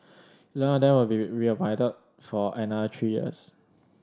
eleven of them will be reappointed for another three years